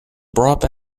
brought